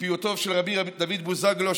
מפיוטו של רבי דוד בוזגלו,